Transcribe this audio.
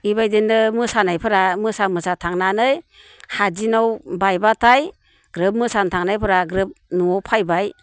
बेबायदिनो मोसानायफोरा मोसा मोसा थांनानै हात दिनाव बायबाथाय ग्रोब मोसानो थांनायफोरा ग्रोब न'आव फैबाय